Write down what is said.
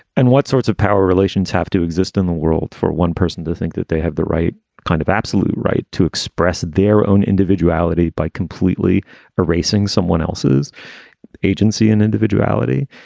and what sorts of power relations have to exist in the world for one person to think that they have the right kind of absolute right to express their own individuality by completely erasing someone else's agency and individuality,